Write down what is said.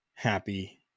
Happy